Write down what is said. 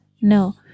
No